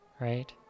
right